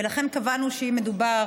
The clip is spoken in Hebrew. ולכן קבענו שאם מדובר